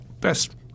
best